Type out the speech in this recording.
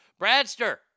Bradster